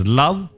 love